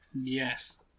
Yes